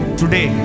today